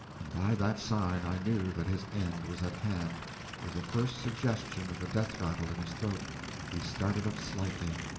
and by that sign i knew that his end was at hand with the first suggestion of the death-rattle in his throat he started up slightly,